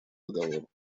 договору